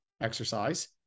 exercise